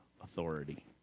authority